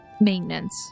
maintenance